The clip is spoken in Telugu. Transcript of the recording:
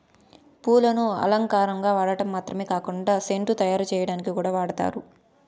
పూలను అలంకారంగా వాడటం మాత్రమే కాకుండా సెంటు తయారు చేయటానికి కూడా వాడతారు